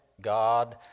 God